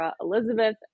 Elizabeth